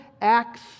acts